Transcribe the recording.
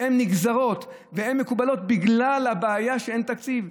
נגזרות ומתקבלות בגלל הבעיה שאין תקציב.